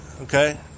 Okay